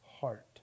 heart